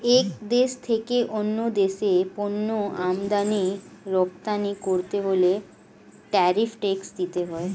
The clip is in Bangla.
এক দেশ থেকে অন্য দেশে পণ্য আমদানি রপ্তানি করতে হলে ট্যারিফ ট্যাক্স দিতে হয়